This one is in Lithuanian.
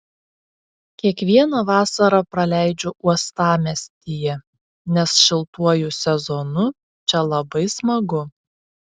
kiekvieną vasarą praleidžiu uostamiestyje nes šiltuoju sezonu čia labai smagu